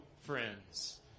friends